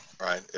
right